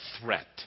threat